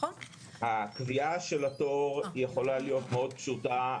הקביעה של התור יכולה להיות מאוד פשוטה.